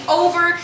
over